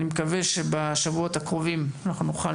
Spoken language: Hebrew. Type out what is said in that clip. אני מקווה שבשבועות הקרובים אנחנו נוכל